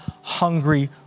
hungry